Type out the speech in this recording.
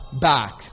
back